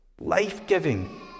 life-giving